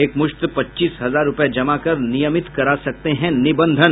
एकमुश्त पच्चीस हजार रूपये जमा कर नियमित करा सकते हैं निबंधन